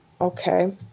Okay